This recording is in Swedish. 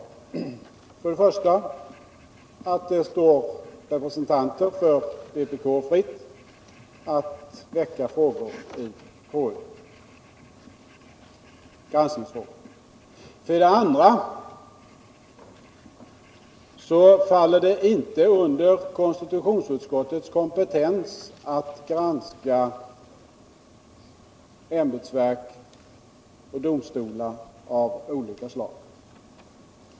För det första står det representanter för vpk fritt att väcka granskningsfrågor i KU. För det andra faller det inte under KU:s kompetens att granska ämbetsverk och domstolar av olika slag.